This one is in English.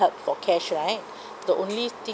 hard for cash right the only thing